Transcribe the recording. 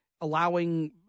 allowing